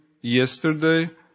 yesterday